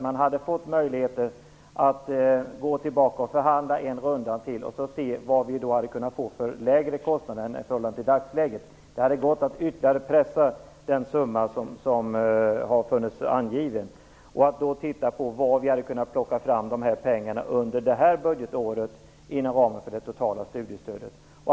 Då hade vi fått möjlighet att gå tillbaka och förhandla en runda till för att se om vi hade kunnat komma fram till lägre kostnader i förhållande till de som gäller i dagsläget. Det hade gått att ytterligare pressa ned den summa som angivits och att ytterligare titta på var vi inom ramen för det totala studiestödet hade kunnat plocka fram pengarna under innevarande budgetår.